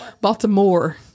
Baltimore